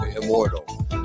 immortal